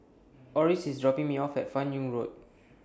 Oris IS dropping Me off At fan Yoong Road